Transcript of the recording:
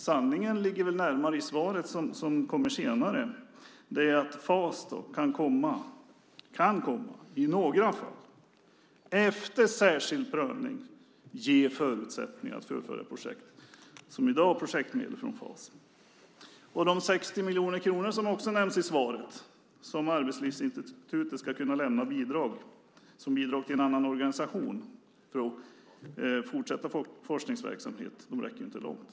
Sanningen ligger väl närmare det svar som kommer senare - att FAS i några fall efter särskild prövning kan komma att ge förutsättningar för att fullfölja projekt som i dag har projektmedel från FAS. De 60 miljoner kronor som också nämns i svaret, som Arbetslivsinstitutet ska kunna lämna som bidrag till en annan organisation för att fortsätta forskningsverksamhet, räcker inte långt.